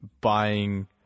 buying